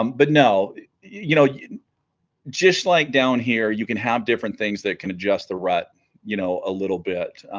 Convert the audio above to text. um but now you know you just like down here you can have different things that can adjust the rut you know a little bit